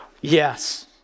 Yes